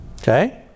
Okay